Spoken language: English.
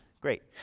Great